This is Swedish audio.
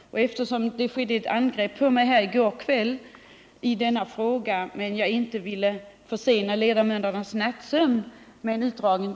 I går kväll angreps jag i samband med denna fråga, men jag ville då inte förlänga debatten och försena ledamöternas nattsömn.